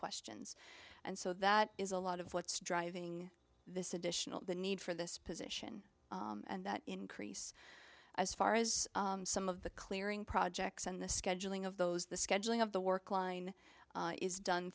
questions and so that is a lot of what's driving this additional the need for this position and that increase as far as some of the clearing projects and the scheduling of those the scheduling of the work line is done